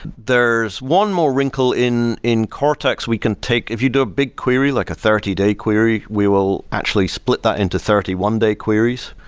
there is one more wrinkle in in cortex we can take. if you do a big query, like a thirty day query, we will actually split that into thirty one day queries.